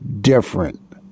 different